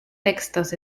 textos